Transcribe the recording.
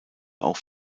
auch